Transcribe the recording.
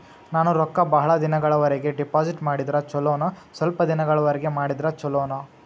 ನಾನು ರೊಕ್ಕ ಬಹಳ ದಿನಗಳವರೆಗೆ ಡಿಪಾಜಿಟ್ ಮಾಡಿದ್ರ ಚೊಲೋನ ಸ್ವಲ್ಪ ದಿನಗಳವರೆಗೆ ಮಾಡಿದ್ರಾ ಚೊಲೋನ?